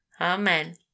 Amen